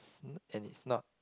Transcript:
and it's not